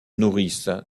nourrissent